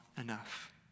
enough